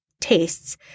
tastes